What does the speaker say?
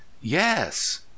yes